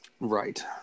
Right